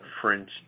French